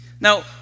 Now